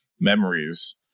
memories